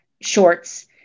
shorts